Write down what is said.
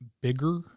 bigger